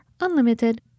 Unlimited